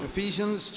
Ephesians